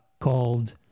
called